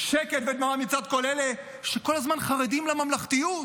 שקט ודממה מצד כל אלה שכל הזמן חרדים לממלכתיות.